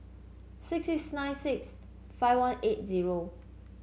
six six nine six five one eight zero